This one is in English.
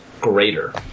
greater